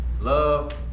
Love